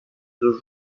deux